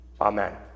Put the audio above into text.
Amen